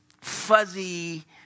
fuzzy